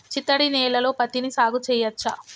చిత్తడి నేలలో పత్తిని సాగు చేయచ్చా?